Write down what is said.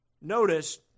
notice